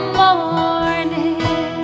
morning